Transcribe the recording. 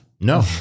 No